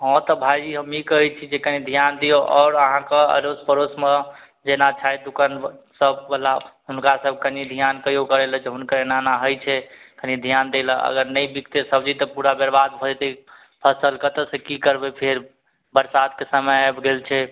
हँ तऽ भायजी हम ई कहय छी जे कनि ध्यान दियौ आओर अहाँके अड़ोस पड़ोसमे जेना छथि दुकान सबवला हुनका सब कनि ध्यान कहियो करय लए जे हुनकर एना एना होइ छै कनि ध्यान दै लए अगर नहि बिकतइ सब्जी तऽ पूरा बर्बाद भऽ जेतय फसल कतयसँ की करबय फेर बरसातके समय आबि गेल छै